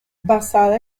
basada